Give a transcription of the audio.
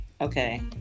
Okay